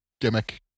gimmick